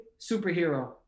superhero